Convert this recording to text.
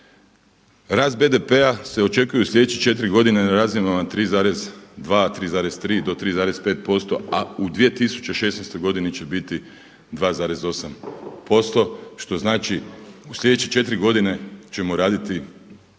Rast BDP-a se očekuje u sljedeće četiri godine na razinama 3,2, 3,3 do 3,5% a u 2016. godini će biti 2,8% što znači u sljedeće četiri godine ćemo raditi a